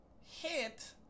hit